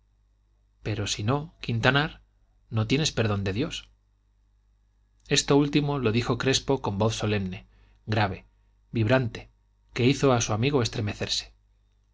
pero si no quintanar no tienes perdón de dios esto último lo dijo crespo con voz solemne grave vibrante que hizo a su amigo estremecerse